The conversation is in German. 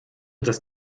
das